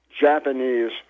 Japanese